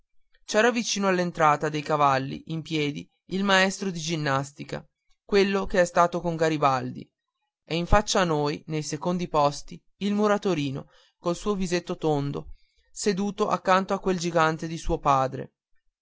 c'era vicino all'entrata dei cavalli in piedi il maestro di ginnastica quello che è stato con garibaldi e in faccia a noi nei secondi posti il muratorino col suo visetto tondo seduto accanto a quel gigante di suo padre